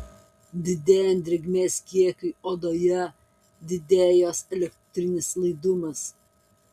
didėjant drėgmės kiekiui odoje didėja jos elektrinis laidumas